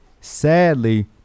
Sadly